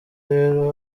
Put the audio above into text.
rero